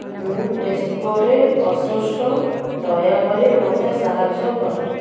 ମୁଁ ଟେସ୍କୋରେ ଦୟାକରି ମୋତେ ସାହାଯ୍ୟ କର